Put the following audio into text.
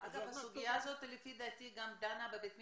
הזו לפי דעתי גם נידונה בבית משפט,